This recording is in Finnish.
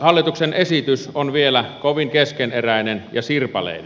hallituksen esitys on vielä kovin keskeneräinen ja sirpaleinen